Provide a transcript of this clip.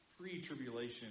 pre-tribulation